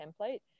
template